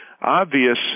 obvious